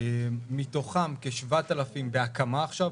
מתוכן כ-7,000 בהקמה עכשיו,